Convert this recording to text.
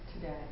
today